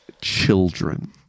children